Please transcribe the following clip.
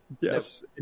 Yes